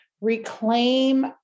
reclaim